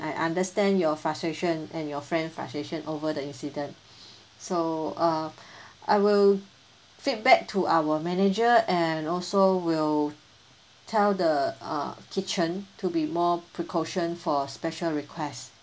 I understand your frustration and your friend frustration over the incident so uh I will feedback to our manager and also will tell the uh kitchen to be more precaution for special requests